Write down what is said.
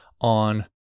on